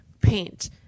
paint